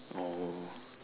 oh